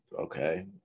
okay